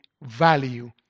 value